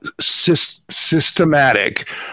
systematic